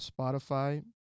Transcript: Spotify